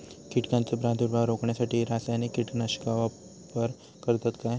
कीटकांचो प्रादुर्भाव रोखण्यासाठी रासायनिक कीटकनाशकाचो वापर करतत काय?